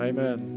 Amen